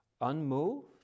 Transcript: unmoved